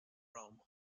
rome